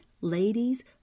Ladies